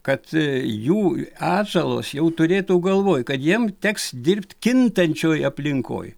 kad jų atžalos jau turėtų galvoj kad jiem teks dirbt kintančioj aplinkoj